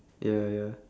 ya ya